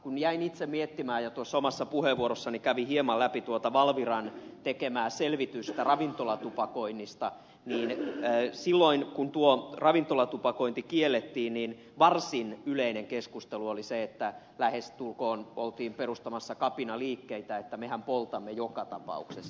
kun jäin itse miettimään ja tuossa omassa puheenvuorossani kävin hieman läpi tuota valviran tekemää selvitystä ravintolatupakoinnista niin silloin kun tuo ravintolatupakointi kiellettiin niin varsin yleinen keskustelu oli se että lähestulkoon oltiin perustamassa kapinaliikkeitä että mehän poltamme joka tapauksessa